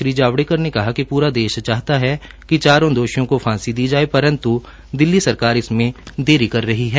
श्री जावड़ेकर ने कहा कि प्रा देश चाहता है कि चारों दोषियों को फांसी दी जाये परन्त् दिल्ली सरकार इसमें देरी कर रही है